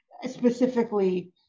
Specifically